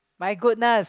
my goodness